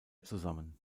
zusammen